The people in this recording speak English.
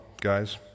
guys